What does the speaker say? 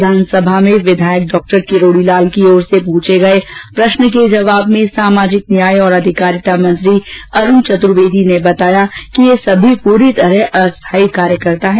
विधानसभा में विधायक डॉ किरोडी लाल की ओर से पूछे गये प्रश्न के उत्तर में सामाजिक न्याय और अधिकारिता मंत्री अरूण चतुर्वेदी ने बताया कि ये सभी पूर्णतया अस्थायी कार्यकर्ता हैं